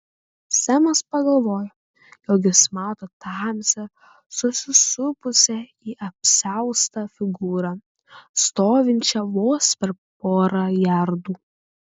semas pagalvojo jog jis mato tamsią susisupusią į apsiaustą figūrą stovinčią vos per porą jardų